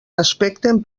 respecten